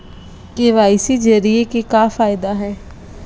KYC जरिए के का फायदा हे?